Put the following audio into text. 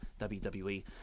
WWE